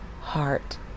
heart